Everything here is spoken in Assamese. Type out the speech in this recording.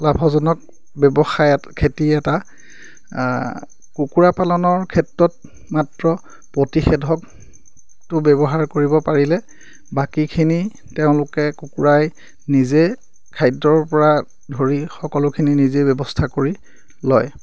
লাভজনক ব্যৱসায় খেতি এটা কুকুৰা পালনৰ ক্ষেত্ৰত মাত্ৰ প্ৰতিষেধকটো ব্যৱহাৰ কৰিব পাৰিলে বাকীখিনি তেওঁলোকে কুকুৰাই নিজে খাদ্যৰ পৰা ধৰি সকলোখিনি নিজে ব্যৱস্থা কৰি লয়